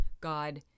god